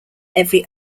every